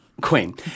Queen